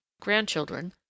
grandchildren